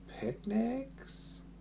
Picnics